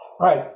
Right